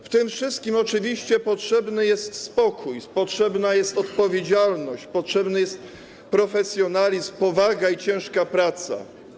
W tym wszystkim oczywiście potrzebny jest spokój, potrzebna jest odpowiedzialność, potrzebne są profesjonalizm, powaga i ciężka praca.